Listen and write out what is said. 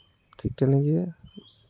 ঠিক তেনেকে